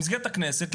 במסגרת הכנסת,